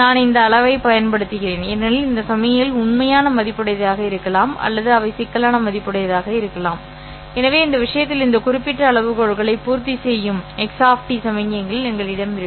நான் இந்த அளவைப் பயன்படுத்துகிறேன் ஏனெனில் இந்த சமிக்ஞைகள் உண்மையான மதிப்புடையதாக இருக்கலாம் அல்லது அவை சிக்கலான மதிப்பாக இருக்கலாம் சரி எனவே இந்த விஷயத்தில் இந்த குறிப்பிட்ட அளவுகோல்களை பூர்த்தி செய்யும் x சமிக்ஞைகள் எங்களிடம் இருக்கும்